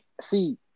see